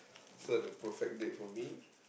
so the perfect date for me